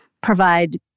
provide